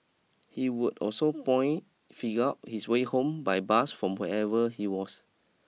he would also point figure out his way home by bus from wherever he was